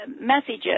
messages